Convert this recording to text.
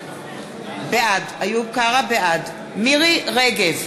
בעד מירי רגב,